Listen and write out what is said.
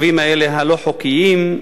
הלא-חוקיים,